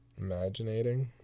Imaginating